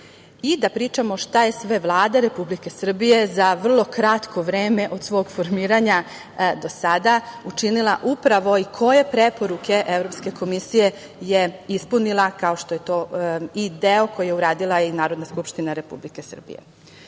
pričamo šta je sve Vlada Republike Srbije za vrlo kratko vreme od svog formiranja do sada učinila upravo i koje preporuke Evropske komisije je ispunila kao što je to i deo koji je uradila i Narodna skupština Republike Srbije.